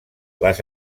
les